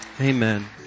Amen